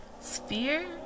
Sphere